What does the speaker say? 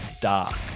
dark